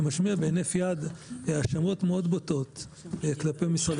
אתה משמיע בהינף יד האשמות מאוד בוטות כלפי משרד